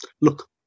look